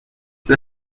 the